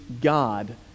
God